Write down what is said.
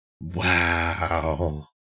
Wow